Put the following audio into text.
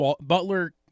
Butler